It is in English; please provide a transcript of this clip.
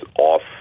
off